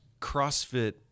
crossfit